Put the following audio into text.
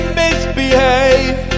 misbehave